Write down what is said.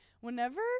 whenever